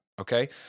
okay